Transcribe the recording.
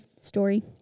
story